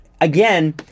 again